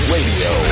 Radio